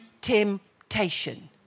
temptation